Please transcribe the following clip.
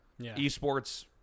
esports